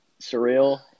surreal